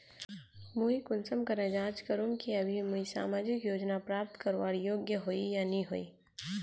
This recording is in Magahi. मुई कुंसम करे जाँच करूम की अभी मुई सामाजिक योजना प्राप्त करवार योग्य होई या नी होई?